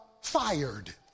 fired